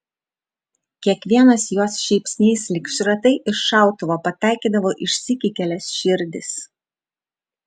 kiekvienas jos šypsnys lyg šratai iš šautuvo pataikydavo išsyk į kelias širdis